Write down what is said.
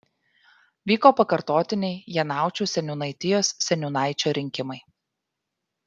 vyko pakartotiniai janaučių seniūnaitijos seniūnaičio rinkimai